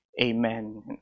Amen